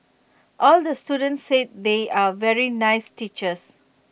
all the students said they are very nice teachers